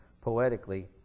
poetically